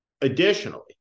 Additionally